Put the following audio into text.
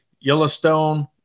Yellowstone